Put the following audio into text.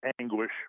anguish